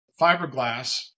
fiberglass